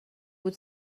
بود